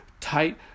tight